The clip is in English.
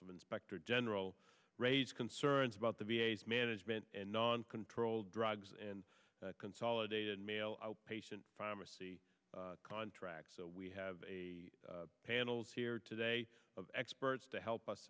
of inspector general raised concerns about the v a s management and non control drugs and consolidated male patient pharmacy contracts we have a panels here today of experts to help us